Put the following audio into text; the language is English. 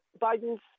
Biden's